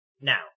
Now